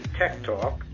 techtalk